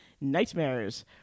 Nightmares